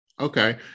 Okay